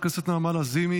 חברת הכנסת נעמה לזימי,